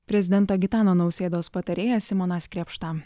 prezidento gitano nausėdos patarėjas simonas krėpšta